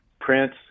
Prince